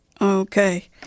Okay